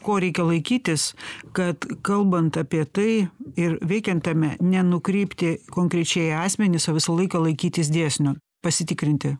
ko reikia laikytis kad kalbant apie tai ir veikiant tame nenukrypti konkrečiai į asmenis o visą laiką laikytis dėsnio pasitikrinti